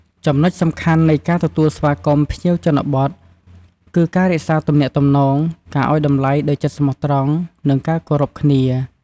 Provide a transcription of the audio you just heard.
ចំណុចសំខាន់នៃការទទួលស្វាគមន៍ភ្ញៀវជនបទគឺការរក្សាទំនាក់ទំនង ការអោយតម្លៃដោយចិត្តស្មោះត្រង់ និងការគោរពគ្នា។